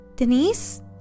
Denise